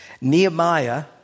Nehemiah